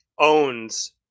owns